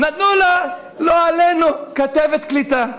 נתנו לה, לא עלינו, כתבת קליטה.